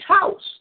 house